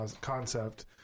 concept